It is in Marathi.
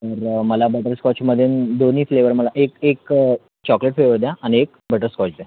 तर मला बटर स्कॉचमधून दोन्ही फ्लेवर मला एक एक चॉकलेट फ्लेवर द्या आणि एक बटरस्कॉच द्या